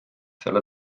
selle